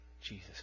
Jesus